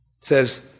says